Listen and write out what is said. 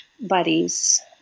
buddies